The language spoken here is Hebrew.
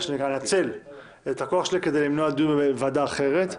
אנצל אותו כדי למנוע דיון בוועדה אחרת.